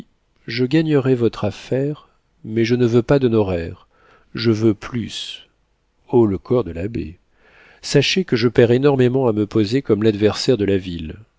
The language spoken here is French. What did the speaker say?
je gagnerai votre affaire mais je ne veux pas d'honoraires je veux plus haut le corps de l'abbé sachez que je perds énormément à me poser comme l'adversaire de la ville